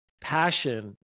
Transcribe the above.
Passion